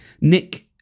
Nick